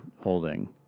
holding